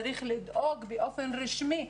צריך לדאוג באופן רשמי.